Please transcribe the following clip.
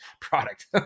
product